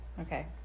okay